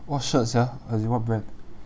what shirt sia as in what brand